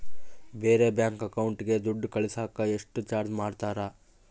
ಬೇರೆ ಬ್ಯಾಂಕ್ ಅಕೌಂಟಿಗೆ ದುಡ್ಡು ಕಳಸಾಕ ಎಷ್ಟು ಚಾರ್ಜ್ ಮಾಡತಾರ?